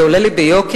זה עולה לי ביוקר,